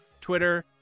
Twitter